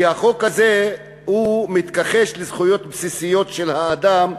כי החוק הזה מתכחש לזכויות בסיסיות של האדם,